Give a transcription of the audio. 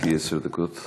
עשר דקות.